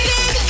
Big